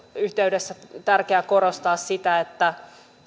yhteydessä tärkeää korostaa sitä että